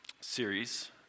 series